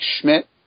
Schmidt